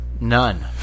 None